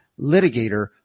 litigator